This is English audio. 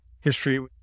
history